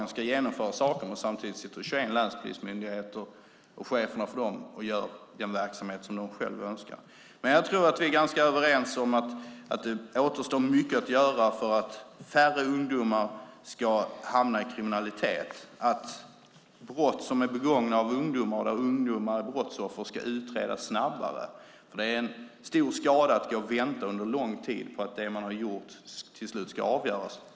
Han ska genomföra saker, men samtidigt driver 21 länspolismyndigheter och cheferna för dem den verksamhet som de själva önskar. Vi är nog ganska överens om att det återstår mycket att göra för att färre ungdomar ska hamna i kriminalitet. Brott som begås av ungdomar och där ungdomar är brottsoffer ska utredas snabbare. Det är till stor skada att man ska gå och vänta under lång tid på att det man har gjort ska avgöras.